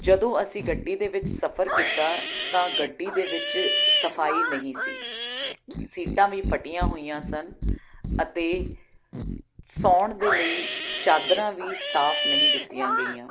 ਜਦੋਂ ਅਸੀਂ ਗੱਡੀ ਦੇ ਵਿੱਚ ਸਫਰ ਕੀਤਾ ਤਾਂ ਗੱਡੀ ਦੇ ਵਿੱਚ ਸਫਾਈ ਨਹੀਂ ਸੀ ਸੀਟਾਂ ਵੀ ਫਟੀਆ ਹੋਈਆਂ ਸਨ ਅਤੇ ਸੋਣ ਦੇ ਲਈ ਚਾਦਰਾਂ ਵੀ ਸਾਫ ਨਹੀਂ ਦਿੱਤੀਆਂ ਗਈਆਂ